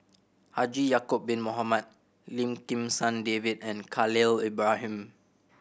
Haji Ya'acob Bin Mohamed Lim Kim San David and Khalil Ibrahim